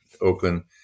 Oakland